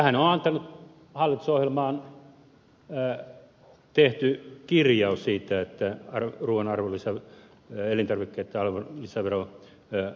tähän on antanut aiheen hallitusohjelmaan tehty kirjaus siitä että elintarvikkeitten arvonlisäveroa alennetaan